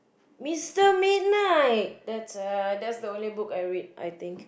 Mister Midnight that's uh that's the only book I read I think